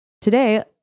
Today